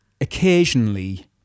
occasionally